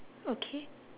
okay